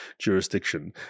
jurisdiction